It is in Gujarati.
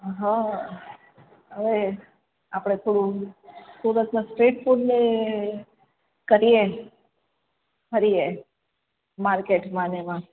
હ હવે આપણે તો સુરતના સ્ટ્રીટ ફૂડને કરીએ ફરીએ માર્કેટમાં ને એમાં